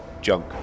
junk